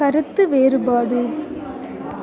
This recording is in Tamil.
கருத்து வேறுபாடு